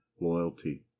loyalty